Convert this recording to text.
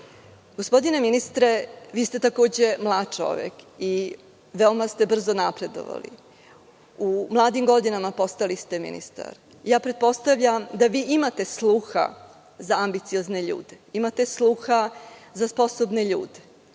pravosuđe. Gospodine ministre, vi ste takođe mlad čovek i veoma brzo ste napredovali, u mladim godinama postali ste ministar i pretpostavljam da vi imate sluha za ambiciozne ljude, da imate sluha za sposobne ljude. Vi